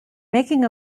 making